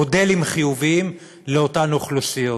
מודלים חיוביים לאותן אוכלוסיות.